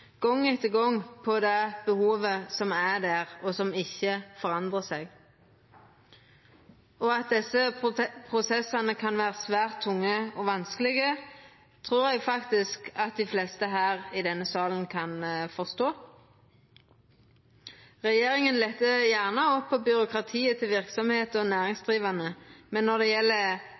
gong etter gong, på det behovet som er der, og som ikkje forandrar seg. At desse prosessane kan vera svært tunge og vanskelege, trur eg faktisk at dei fleste her i denne salen kan forstå. Regjeringa lettar gjerne på byråkratiet for verksemder og næringsdrivande, men når det gjeld